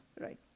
Right